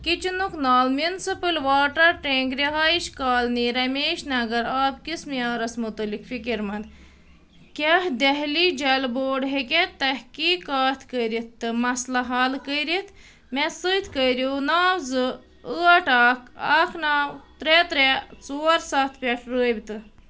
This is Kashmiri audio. کِچنُک نل میُنسِپٕل واٹر ٹینٛک رِہٲیِش کالنی رمیشنگر آبکِس مِعیارس متعلق فِکِر منٛد کیٛاہ دہلی جل بورڈ ہیٚکیٛاہ تحقیٖقات کٔرِتھ تہٕ مسلہٕ حل کٔرِتھ مےٚ سۭتۍ کٔرِو نَو زٕ ٲٹھ اَکھ اَکھ نَو ترٛےٚ ترٛےٚ ژور سَتھ پٮ۪ٹھ رٲبطہٕ